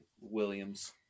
Williams